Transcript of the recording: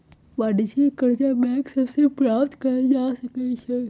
वाणिज्यिक करजा बैंक सभ से प्राप्त कएल जा सकै छइ